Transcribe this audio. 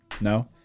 No